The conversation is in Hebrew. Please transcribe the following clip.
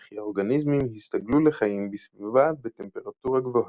וכי האורגניזמים הסתגלו לחיים בסביבה בטמפרטורה גבוהה.